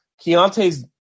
Keontae's